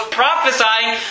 prophesying